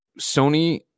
Sony